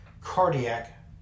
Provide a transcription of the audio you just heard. cardiac